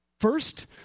First